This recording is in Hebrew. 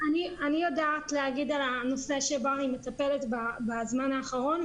אני יודעת להגיד על הנושא שבו אני מטפלת בזמן האחרון,